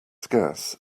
scarce